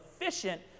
efficient